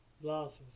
blossoms